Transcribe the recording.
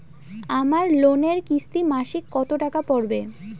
আমার লোনের কিস্তি মাসিক কত টাকা পড়বে?